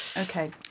Okay